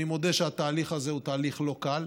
אני מודה שהתהליך הזה הוא תהליך לא קל,